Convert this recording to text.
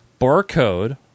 barcode